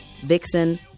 Vixen